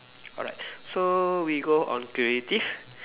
alright so we go on creative